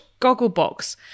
Gogglebox